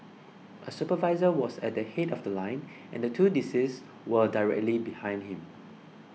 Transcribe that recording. a supervisor was at the head of The Line and the two deceased were directly behind him